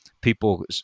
people